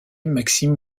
maxime